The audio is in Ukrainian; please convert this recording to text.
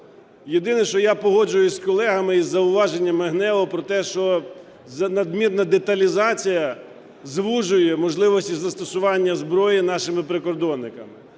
Єдине, що я погоджуюся з колегами із зауваженнями ГНЕУ про те, що надмірна деталізація звужує можливості застосування зброї нашими прикордонниками.